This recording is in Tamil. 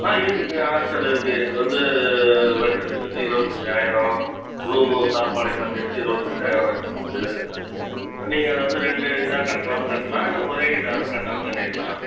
ஆ இருக்குங்க ஹாஸ்டல் இருக்கு வந்து வருஷத்துக்கு வந்து இருபத்தஞ்சாயரம் ரூமு சாப்பாடு எல்லாம் சேர்த்து இருபத்தஞ்சாயரம் வருஷத்துக்கு நீங்கள் அதை வந்து ரெண்டு இதாக கட்டினாலும் கட்டலாம் இல்லை ஒரே இதாகவும் கட்டினாலும் கட்டிட்லாம்